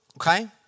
okay